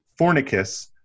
Fornicus